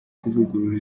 kuvugurura